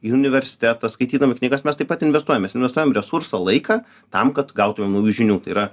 į universitetą skaitydami knygas mes taip pat investuojames investuojam resursą laiką tam kad gautumėm naujų žinių tai yra